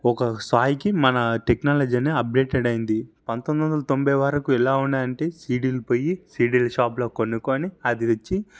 ఒక స్థాయికి మన టెక్నాలజీ అప్డేటెడ్ అయ్యింది పంతొమ్మిదివందల తోంభై వరకు ఎలా ఉన్నాయంటే సీడీలు పొయ్యి సీడీల షాప్లో కొనుకుని అది తెచ్చి